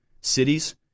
cities